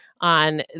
on